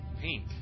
pink